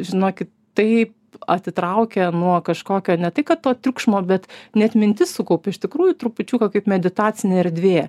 žinokit tai atitraukia nuo kažkokio ne tai kad to triukšmo bet net mintis sukaupiu iš tikrųjų trupučiuką kaip meditacinė erdvė